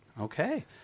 Okay